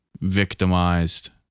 victimized